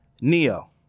Neo